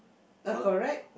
a correct